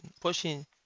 pushing